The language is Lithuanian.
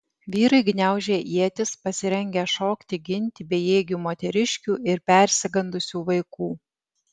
vyrai gniaužė ietis pasirengę šokti ginti bejėgių moteriškių ir persigandusių vaikų